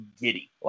giddy